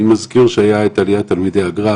אני מזכיר שהייתה עליית תלמידי הגר"א,